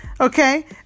okay